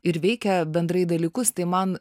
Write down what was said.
ir veikia bendrai dalykus tai man